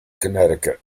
connecticut